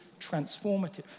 transformative